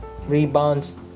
Rebounds